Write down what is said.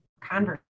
Converse